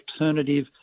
alternative